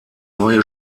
neue